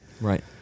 Right